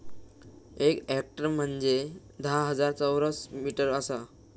एक हेक्टर म्हंजे धा हजार चौरस मीटर आसा